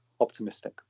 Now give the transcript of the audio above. optimistic